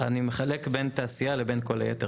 אני מחלק בין תעשייה לבין כל היתר.